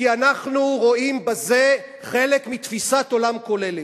כי אנחנו רואים בזה חלק מתפיסת עולם כוללת.